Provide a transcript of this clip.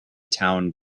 town